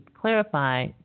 clarify